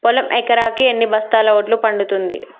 పొలం ఎకరాకి ఎన్ని బస్తాల వడ్లు పండుతుంది?